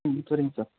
ம் சரிங்க சார்